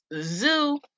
zoo